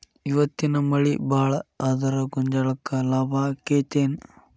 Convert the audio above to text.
ಇವತ್ತಿನ ಮಳಿ ಭಾಳ ಆದರ ಗೊಂಜಾಳಕ್ಕ ಲಾಭ ಆಕ್ಕೆತಿ ಏನ್?